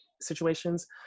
situations